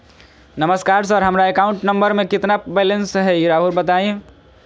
नमस्कार सर हमरा account number में कितना बैलेंस हेई राहुर बताई?